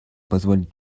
позволит